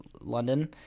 London